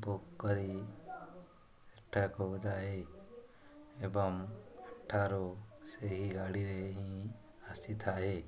book କରି ଏବଂ ଠାରୁ ସେହି ଗାଡ଼ିରେ ହିଁ ଆସିଥାଏ